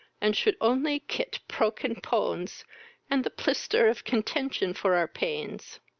and should only ket proken pones and the plister of contention for our pains.